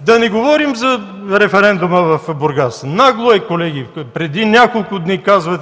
Да не говорим за референдума в Бургас. Нагло е, колеги! Преди няколко дни за